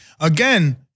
Again